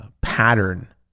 pattern